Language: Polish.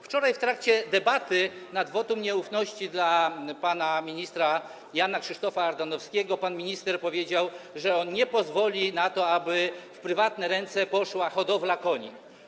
Wczoraj w trakcie debaty nad wotum nieufności dla pana ministra Jana Krzysztofa Ardanowskiego pan minister powiedział, że nie pozwoli na to, aby w prywatne ręce poszła hodowla koni.